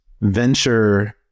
venture